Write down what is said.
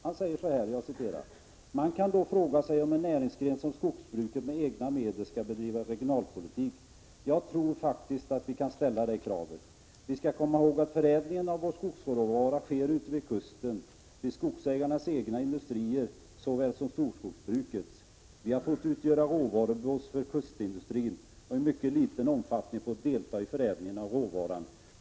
Han säger i Östersunds-Posten: ”Man kan då fråga sig om en näringsgren som skogsbruket med egna medel skall bedriva regionalpolitik. Ja, jag tror faktiskt att vi kan ställa det kravet. Vi skall komma ihåg att förädlingen av vår skogsråvara sker ute vid kusten, vid skogsägarnas egna industrier såväl som storskogsbrukets. Vi har fått utgöra råvarubas för kustindustrin och i mycket liten omfattning fått deltaga i förädlingen av råvaran.